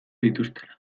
dituztela